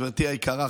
גברתי היקרה,